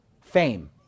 fame